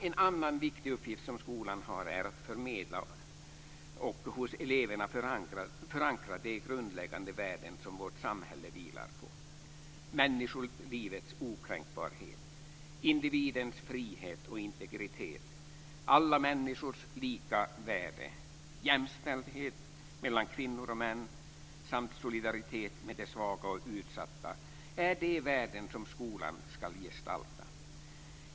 En annan viktig uppgift som skolan har är att förmedla och hos eleverna förankra de grundläggande värden som vårt samhälle vilar på. Människolivets okränkbarhet, individens frihet och integritet, alla människors lika värde, jämställdhet mellan kvinnor och män samt solidaritet med de svaga och utsatta är de värden som skolan ska gestalta.